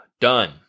Done